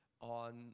on